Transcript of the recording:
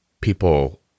people